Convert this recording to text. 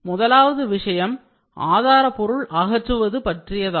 முதலாவது விஷயம் ஆதாரபொருள் அகற்றுவது பற்றியதாகும்